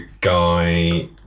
guy